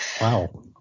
Wow